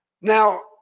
Now